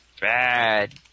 bad